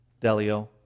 Delio